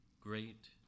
Great